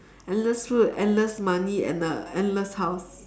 endless food endless money and a endless house